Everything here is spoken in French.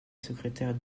secrétaire